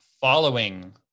following